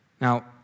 Now